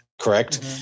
correct